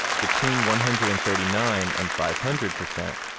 between one hundred and thirty nine and five hundred percent,